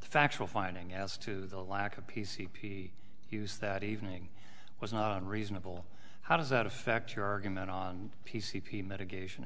the factual finding as to the lack of p c p he was that evening was not unreasonable how does that affect your argument on p c p medication